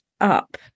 up